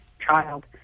child